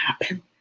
happen